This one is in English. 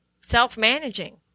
self-managing